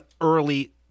early